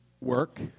work